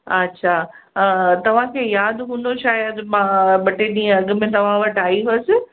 अच्छा तव्हांखे यादि हूंदो शायद मां ॿ टे ॾींहं अॻ में तव्हां वटि आई हुयसि